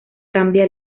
cambia